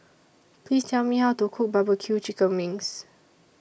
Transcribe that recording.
Please Tell Me How to Cook Barbecue Chicken Wings